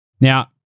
Now